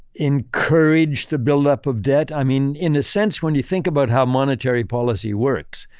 encouraged the buildup of debt. i mean, in a sense, when you think about how monetary policy works,